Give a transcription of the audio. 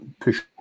push